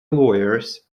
lawyers